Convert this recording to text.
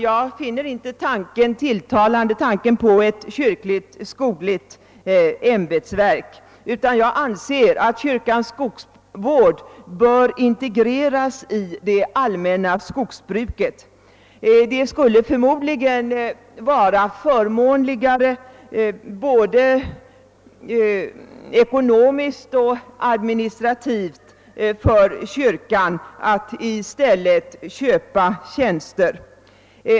Jag finner inte tanken på ett kyrkligt skogligt ämbetsverk tilltalande, utan jag anser att kyrkans skogsvård bör integreras i det allmänna skogsbruket. Det skulle förmodligen vara förmånligare både ekonomiskt och administrativt för kyrkan att i stället köpa tjänster.